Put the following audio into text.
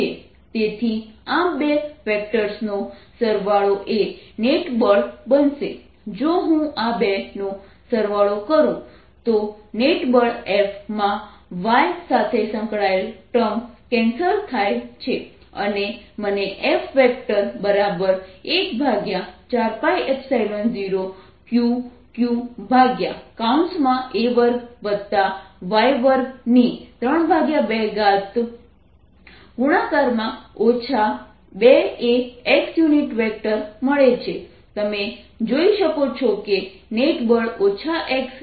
F214π0Q qa2y232 તેથી આ બે વેક્ટર્સનો સરવાળો એ નેટ બળ બનશે જો હું આ બે નો સરવાળો કરું તો નેટ બળ F માં y સાથે સંકળાયેલ ટર્મ કેન્સલ થાય છે અને મને F14π0Q qa2y232 મળે છે તમે જોઈ શકો છો કે નેટ બળ x એકમ દિશામાં છે તો આ પ્રોબ્લેમ 1 છે